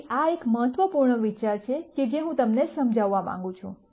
તેથી આ એક મહત્વપૂર્ણ વિચાર છે કે હું તમને સમજવા માંગું છું